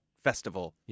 festival